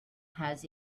has